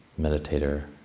meditator